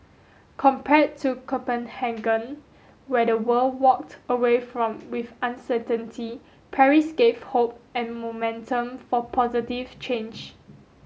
compared to Copenhagen where the world walked away from with uncertainty Paris gave hope and momentum for positive change